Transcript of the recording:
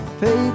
pay